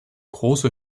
große